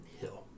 hill